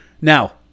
Now